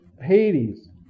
Hades